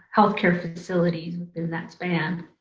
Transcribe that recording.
healthcare facilities in that span.